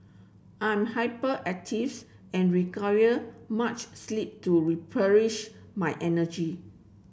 I am hyperactives and require much sleep to replenish my energy